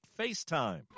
FaceTime